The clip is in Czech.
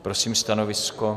Prosím stanovisko.